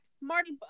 Marty